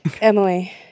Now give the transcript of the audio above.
Emily